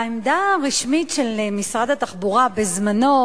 העמדה הרשמית של משרד התחבורה בזמנו,